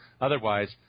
Otherwise